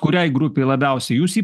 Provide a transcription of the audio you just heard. kuriai grupei labiausiai jūs jį